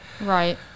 Right